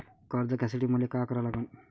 कर्ज घ्यासाठी मले का करा लागन?